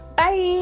Bye